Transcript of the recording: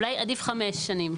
אולי עדיף חמש שנים.